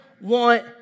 want